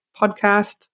Podcast